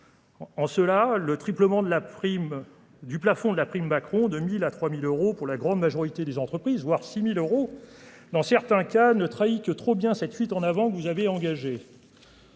En cela, le triplement de la prime du plafond de la prime Macron 2000 à 3000 euros pour la grande majorité des entreprises, voire six mille euros dans certains cas ne trahit que trop bien cette fuite en avant, que vous avez engagé.